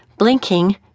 Blinking